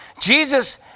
Jesus